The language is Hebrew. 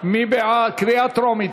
קריאה טרומית,